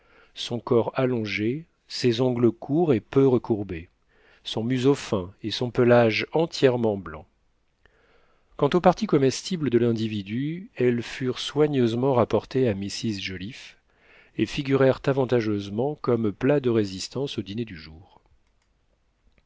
son corps allongé ses ongles courts et peu recourbés son museau fin et son pelage entièrement blanc quant aux parties comestibles de l'individu elles furent soigneusement rapportées à mrs joliffe et figurèrent avantageusement comme plat de résistance au dîner du jour